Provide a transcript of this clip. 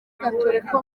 gatolika